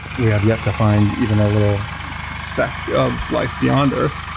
we have yet to find even a little speck of life beyond earth.